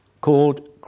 called